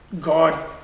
God